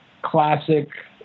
Classic